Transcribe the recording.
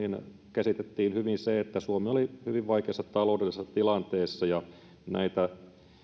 käsitettiin hyvin se että suomi oli hyvin vaikeassa taloudellisessa tilanteessa ja näitä